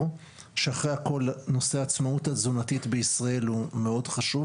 שאחרי הכול נושא העצמאות התזונתית בישראל הוא מאוד חשוב